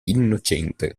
innocente